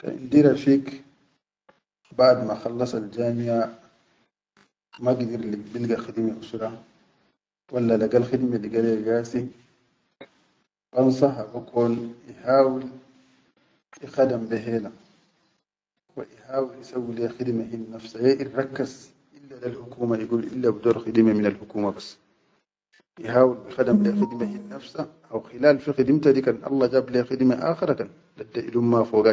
Kan indi rafig baʼad illa inshi jamia, ma gidir bilga khidime liga usura walla lagal khidime liga le gasi, bansaha be kan ihawil ikhadam be hela, wa ihawil isawwi le khidime hil nafsa, haw khilal fi khidimta di kan Allah jab le khidime aakhara kan dadda.